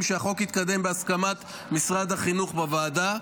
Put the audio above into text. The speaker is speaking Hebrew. שהחוק יתקדם בהסכמת משרד החינוך בוועדה.